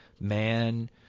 man